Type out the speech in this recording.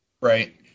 Right